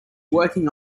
working